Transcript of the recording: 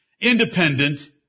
independent